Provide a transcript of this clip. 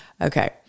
Okay